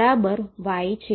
Y છે